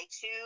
two